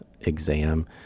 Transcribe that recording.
exam